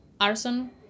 Arson